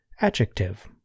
adjective